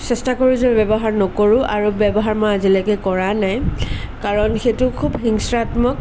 চেষ্টা কৰিছোঁ ব্যৱহাৰ নকৰোঁ আৰু ব্যৱহাৰ মই আজিলৈকে কৰা নাই কাৰণ সেইটো খুব হিংস্ৰাত্মক